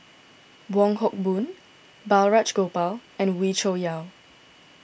Wong Hock Boon Balraj Gopal and Wee Cho Yaw